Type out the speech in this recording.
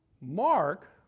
Mark